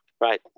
Right